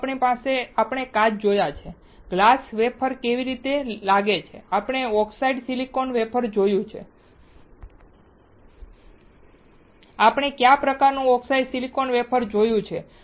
તો પછી આપણે કાચ જોયો છે અને ગ્લાસ વેફર કેવી રીતે લાગે છે આપણે ઓક્સિડાઇઝ્ડ સિલિકોન વેફર જોયું છે આપણે કયા પ્રકારનું ઓક્સિડાઇઝ્ડ સિલિકોન વેફર જોયું છે